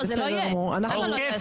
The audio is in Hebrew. לא, זה לא יהיה לא יהיה.